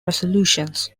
resolutions